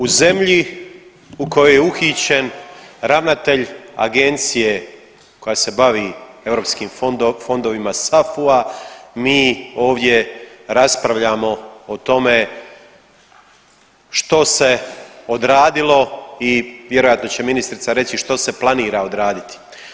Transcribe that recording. U zemlji u kojoj je uhićen ravnatelj agencije koja se bavi europskim fondovima SAFU-a, mi ovdje raspravljamo o tome što se odradilo i vjerojatno će ministrica reći što se planira odraditi.